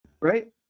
Right